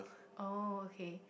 oh okay